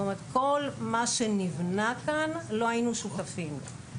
זאת אומרת, כל מה שנבנה כאן, לא היינו שותפים לו.